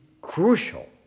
crucial